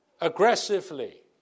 Aggressively